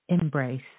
embrace